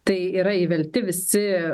tai yra įvelti visi